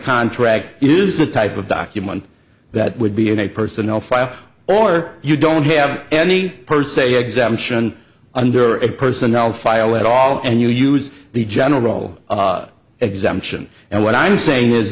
contract is the type of document that would be in a personnel file or you don't have any per se exemption under it personnel file at all and you use the general exemption and what i'm saying is